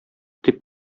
дип